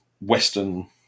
western